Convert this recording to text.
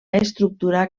estructura